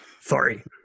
sorry